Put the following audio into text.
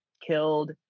killed